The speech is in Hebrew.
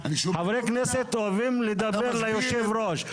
חברי כנסת אוהבים לדבר ליושב הראש,